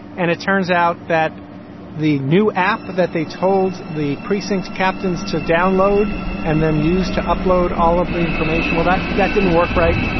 and it turns out that the new app that they told the precinct captains to download and then used to upload all of the information without that that didn't work. right.